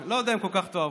אני לא יודע אם כל כך תאהבו.